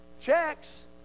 checks